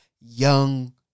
young